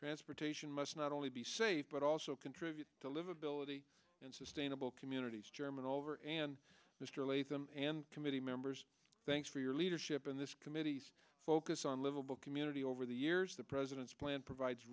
transportation must not only be saved but also contribute to livability and sustainable communities chairman over and mr latham and committee members thanks for your leadership in this committee's focus on livable community over the years the president's plan provides